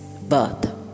birth